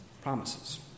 promises